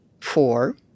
four